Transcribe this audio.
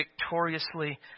victoriously